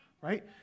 right